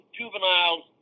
juveniles